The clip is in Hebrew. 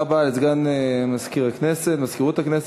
תודה רבה לסגן מזכירת הכנסת.